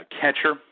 catcher